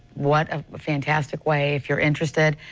what a fantastic way if you're interested,